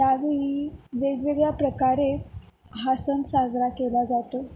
त्यावेळी वेगवेगळ्या प्रकारे हा सण साजरा केला जातो